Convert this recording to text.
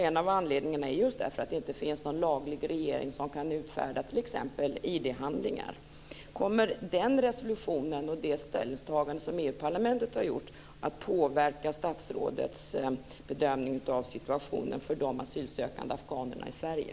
En av anledningarna är just att det inte finns någon laglig regering som kan utfärda t.ex. ID-handlingar. Kommer den resolutionen och det ställningstagande som EU-parlamentet har gjort att påverka statsrådets bedömning av situationen för de asylsökande afghanerna i Sverige?